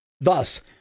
Thus